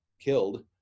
killed